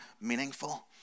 meaningful